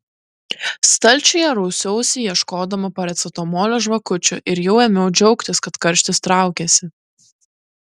stalčiuje rausiausi ieškodama paracetamolio žvakučių ir jau ėmiau džiaugtis kad karštis traukiasi